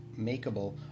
makeable